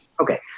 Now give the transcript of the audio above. Okay